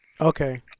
okay